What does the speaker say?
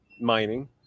mining